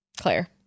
Claire